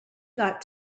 got